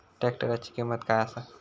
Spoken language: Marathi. ट्रॅक्टराची किंमत काय आसा?